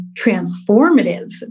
transformative